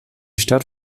stadt